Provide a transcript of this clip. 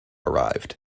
arrived